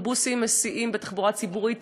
כשאוטובוסים בתחבורה הציבורית,